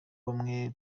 bamwe